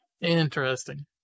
Interesting